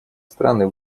страны